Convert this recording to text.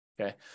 Okay